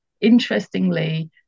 interestingly